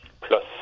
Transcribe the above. plus